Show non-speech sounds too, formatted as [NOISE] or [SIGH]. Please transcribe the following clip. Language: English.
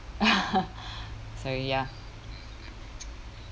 [LAUGHS] so ya